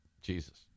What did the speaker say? Jesus